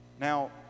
Now